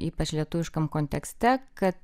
ypač lietuviškam kontekste kad